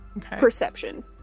perception